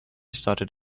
started